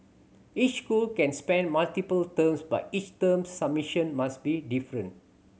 each school can send multiple teams but each team's submission must be different